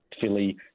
Philly